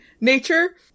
nature